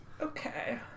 Okay